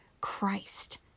Christ